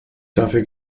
dafür